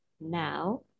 now